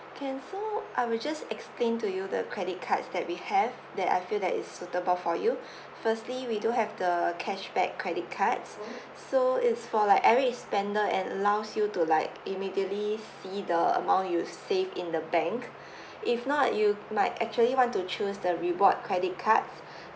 can so I will just explain to you the credit cards that we have that I feel that is suitable for you firstly we do have the cashback credit cards so it's for like every spender and allows you to like immediately see the amount you save in the bank if not you might actually want to choose the reward credit card